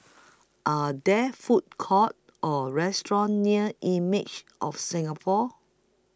Are There Food Courts Or restaurants near Images of Singapore